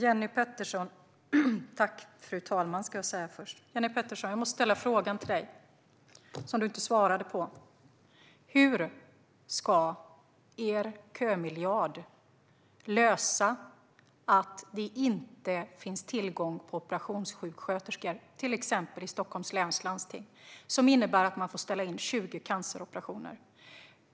Fru talman! Jag måste igen ställa frågan till dig, Jenny Petersson, som du inte svarade på: Hur ska er kömiljard lösa problemet att det inte finns tillgång till operationssjuksköterskor, till exempel i Stockholms läns landsting, som innebär att man får ställa in 20 canceroperationer?